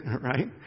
right